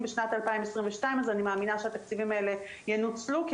בשנת 2022 אז אני מאמינה שהתקציבים האלה ינוצלו כי